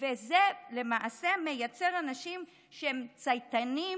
וזה למעשה מייצר אנשים שהם צייתנים